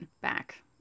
back